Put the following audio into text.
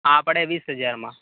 આ પડે વીસ હજારમાં